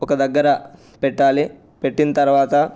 ఒక దగ్గర పెట్టాలి పెట్టిన తర్వాత